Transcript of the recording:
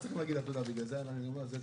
הכנסת?